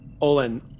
olin